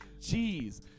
Jeez